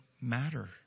matter